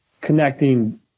connecting